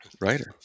writer